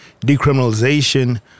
decriminalization